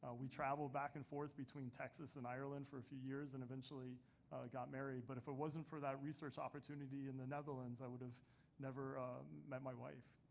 we traveled back and forth between texas and ireland for a few years and eventually got married. but if it wasn't for that research opportunity in the netherlands, i would have never met my wife.